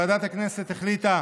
ועדת הכנסת החליטה